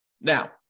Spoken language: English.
Now